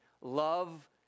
love